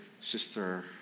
sister